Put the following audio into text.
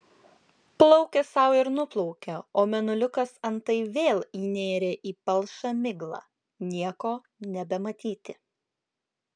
plaukė sau ir nuplaukė o mėnuliukas antai vėl įnėrė į palšą miglą nieko nebematyti